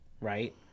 right